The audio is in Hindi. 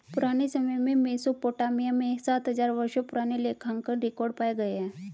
पुराने समय में मेसोपोटामिया में सात हजार वर्षों पुराने लेखांकन रिकॉर्ड पाए गए हैं